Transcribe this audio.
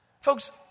Folks